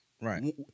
Right